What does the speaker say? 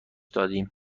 دادیم